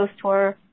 tour